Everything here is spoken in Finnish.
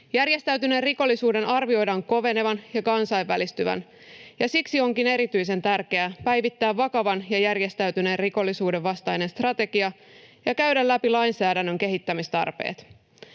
Järjestäytyneen rikollisuuden arvioidaan kovenevan ja kansainvälistyvän, ja siksi onkin erityisen tärkeää päivittää vakavan ja järjestäytyneen rikollisuuden vastainen strategia ja käydä läpi lainsäädännön kehittämistarpeet.